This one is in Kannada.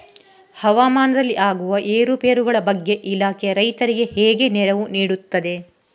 ಹವಾಮಾನದಲ್ಲಿ ಆಗುವ ಏರುಪೇರುಗಳ ಬಗ್ಗೆ ಇಲಾಖೆ ರೈತರಿಗೆ ಹೇಗೆ ನೆರವು ನೀಡ್ತದೆ?